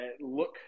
look